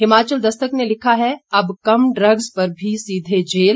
हिमाचल दस्तक ने लिखा है अब कम ड्रग्स पर भी सीधे जेल